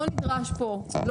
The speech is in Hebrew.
לא נדרש פה,